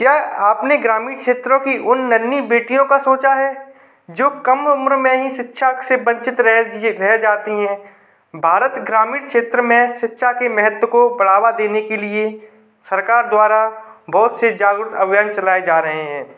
क्या आपने ग्रामीण क्षेत्रों की उन नन्ही बेटियों का सोचा है जो कम उम्र में ही शिक्षा से वंचित रह जाती हैं भारत ग्रामीण क्षेत्र में शिक्षा के महत्व को बढ़ावा देने के लिए सरकार द्वारा बहोत से जागरूक अभियान चलाए जा रहे हैं